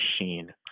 machine